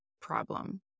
problem